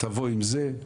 תבוא עם זה,